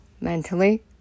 mentally